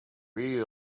read